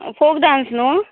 folk dance नूं